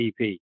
TP